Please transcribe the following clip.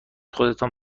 خودتان